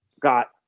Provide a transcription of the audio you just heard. got